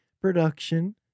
production